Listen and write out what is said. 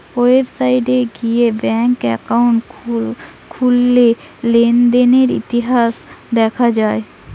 website গিয়ে bank account খুললে লেনদেনের ইতিহাস দেখা যায়